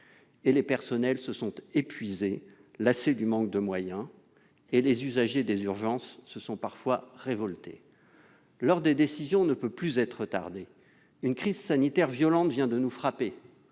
les personnels se sont épuisés, lassés du manque de moyens, et les usagers des urgences se sont parfois révoltés. L'heure des décisions ne peut plus être retardée. Une crise sanitaire violente vient de nous frapper.